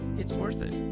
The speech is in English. it's worth it.